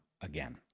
again